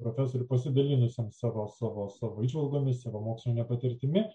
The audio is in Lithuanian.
profesoriui pasidalinusiam savo savo savo įžvalgomis savo moksline patirtimi